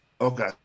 Okay